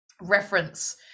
reference